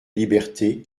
liberté